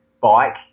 bike